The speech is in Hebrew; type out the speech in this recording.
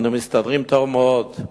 אנו מסתדרים טוב מאוד.